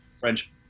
French